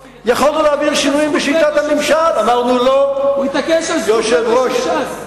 לא, כי נתניהו התעקש על זכות וטו של ש"ס.